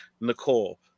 Nicole